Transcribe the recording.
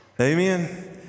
Amen